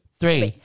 three